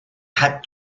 had